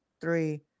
three